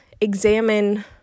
examine